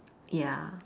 ya